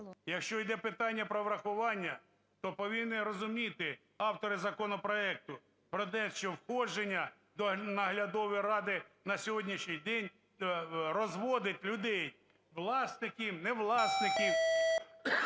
Якщо йде питання про врахування, то повинні розуміти автори законопроекту про те, що входження до наглядової ради, на сьогоднішній день розводить людей, власники, не власники